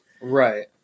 Right